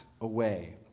away